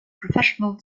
professional